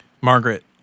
Margaret